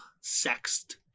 sexed